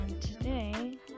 today